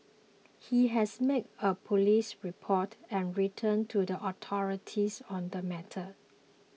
he has made a police report and written to the authorities on the matter